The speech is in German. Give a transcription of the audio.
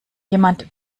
jemand